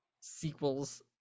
sequels